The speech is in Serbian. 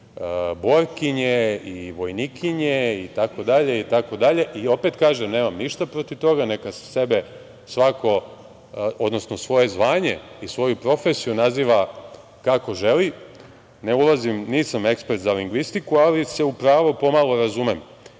i borkinje i vojnikinje itd. i opet kažem nemam ništa protiv neka sebe svako, odnosno svoje zvanje i svoju profesiju naziva kako želi, ne ulazim, nisam ekspert za lingvistiku, ali se u pravo po malo razumem